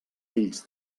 fills